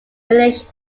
finished